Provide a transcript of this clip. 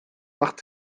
macht